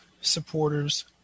supporters